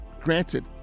granted